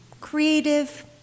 Creative